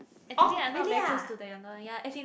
actually I'm not very close to the younger one ya as in